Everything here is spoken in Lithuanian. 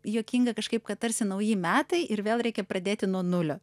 juokinga kažkaip kad tarsi nauji metai ir vėl reikia pradėti nuo nulio